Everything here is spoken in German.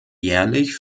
jährlich